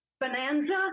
Bonanza